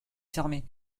fermé